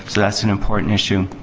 so, that's an important issue.